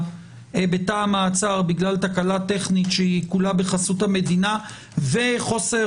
בתא מעצר בגלל תא מעצר שכולה בחסות המדינה וחוסר